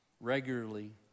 regularly